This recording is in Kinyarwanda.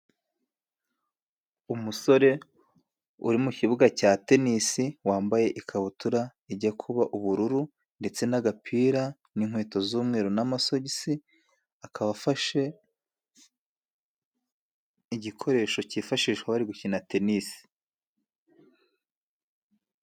Umusore uri mu kibuga cya tennis ,wambaye ikabutura ijya kuba ubururu ,ndetse n'agapira n'inkweto z'umweru n'amasogisi ,akaba afashe igikoresho cyifashishwa bari gukina tennis.